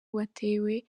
watewe